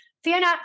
Fiona